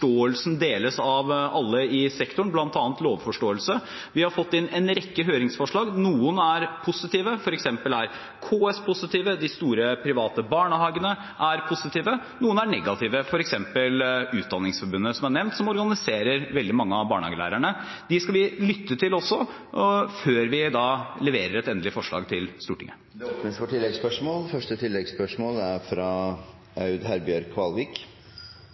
deles av alle i sektoren. Vi har fått inn en rekke høringsforslag. Noen er positive – f.eks. er KS positive, de store private barnehagene er positive. Noen er negative – f.eks. Utdanningsforbundet, som er nevnt, som organiserer veldig mange av barnehagelærerne. Disse skal vi også lytte til, før vi leverer et endelig forslag til Stortinget. Det åpnes for oppfølgingsspørsmål – først Aud Herbjørg Kvalvik.